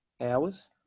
hours